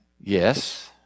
Yes